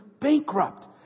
bankrupt